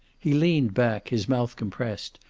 he leaned back, his mouth compressed,